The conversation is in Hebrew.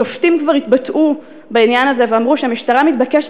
השופטים כבר התבטאו בעניין הזה ואמרו שהמשטרה מתבקשת